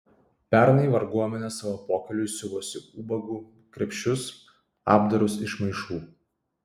pernai varguomenė savo pokyliui siuvosi ubagų krepšius apdarus iš maišų